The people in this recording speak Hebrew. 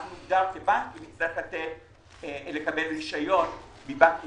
נוגדר כבנק ונצטרך לקבל רשיון מבנק ישראל.